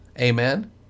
Amen